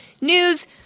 News